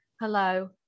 Hello